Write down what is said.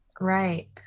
Right